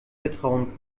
vertrauen